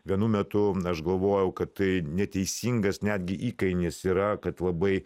vienu metu aš galvojau kad tai neteisingas netgi įkainis yra kad labai